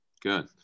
Good